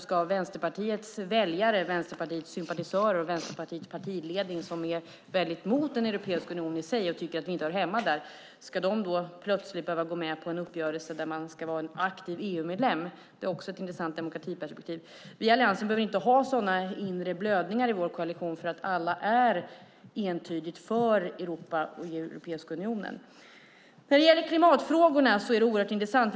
Ska Vänsterpartiets väljare, Vänsterpartiets sympatisörer och Vänsterpartiets partiledning som är väldigt emot Europeiska unionen i sig och som tycker att vi inte hör hemma där plötsligt då behöva gå med på en uppgörelse där man ska vara en aktiv EU-medlem? Det är också ett intressant demokratiperspektiv. Vi i Alliansen behöver inte ha sådana inre blödningar i vår koalition, för alla är entydigt för Europa och Europeiska unionen. När det gäller klimatfrågorna är det oerhört intressant.